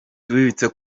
tubibutse